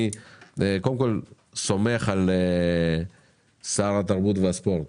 אני קודם כל סומך על שר התרבות והספורט